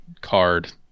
card